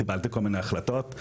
קיבלתי כל מיני החלטות.